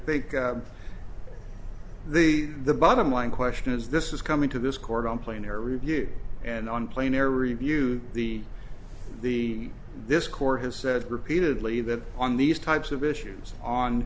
think the the bottom line question is this is coming to this court on plane air review and on plane air review the the this court has said repeatedly that on these types of issues on